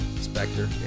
Spectre